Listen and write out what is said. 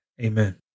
Amen